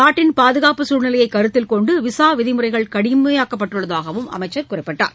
நாட்டின் பாதுகாப்பு சூழ்நிலையை கருத்தில் கொண்டு விசா விதிமுறைகள் கடுமையாக்கப்பட்டுள்ளதாகவும் அமைச்சர் கூறினார்